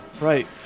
Right